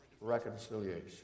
reconciliation